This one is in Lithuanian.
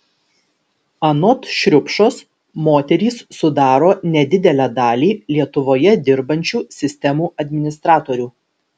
anot šriupšos moterys sudaro nedidelę dalį lietuvoje dirbančių sistemų administratorių